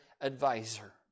advisor